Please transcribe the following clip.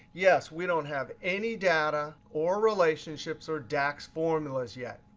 yes, we don't have any data or relationships or dax formulas yet.